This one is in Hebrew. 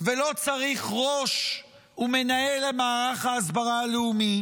ולא צריך ראש ומנהל למערך ההסברה הלאומי.